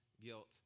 guilt